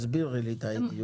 תסבירי לי את האי דיוק.